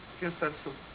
guess that's. ah